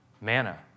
manna